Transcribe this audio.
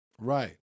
right